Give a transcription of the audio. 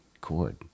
chord